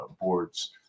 boards